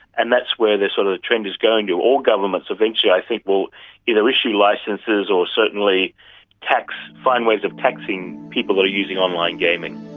and that's where the sort of trend is going to. all governments eventually i think will either issue licences or certainly will find ways of taxing people that are using online gaming.